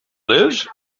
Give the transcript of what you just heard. lives